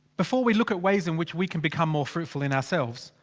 before we look at ways in which we can become more fruitful in ourselves.